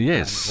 Yes